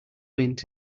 wind